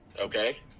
okay